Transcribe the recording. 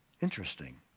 interesting